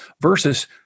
Versus